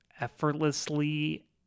effortlessly